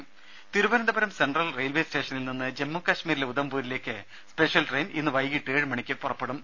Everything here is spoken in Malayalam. രുര തിരുവനന്തപുരം സെൻട്രൽ റെയിൽവെ സ്റ്റേഷനിൽ നിന്നും ജമ്മു കശ്മീരിലെ ഉദംപൂരിലേക്ക് സ്പെഷ്യൽ ട്രെയിൻ ഇന്ന് വൈകിട്ട് ഏഴുമണിക്ക് പുറപ്പെടും